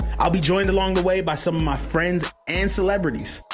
i'll be joined along the way by some of my friends and celebrities.